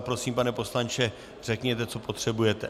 Prosím, pane poslanče, řekněte, co potřebujete.